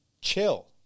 Chill